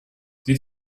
did